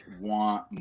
want